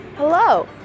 Hello